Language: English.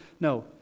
No